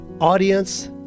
Audience